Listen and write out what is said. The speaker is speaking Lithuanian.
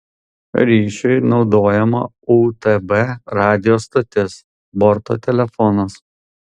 ryšiui naudojama utb radijo stotis borto telefonas